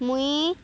ମୁଇଁ